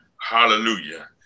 Hallelujah